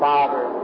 Father